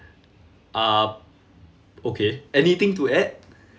uh okay anything to add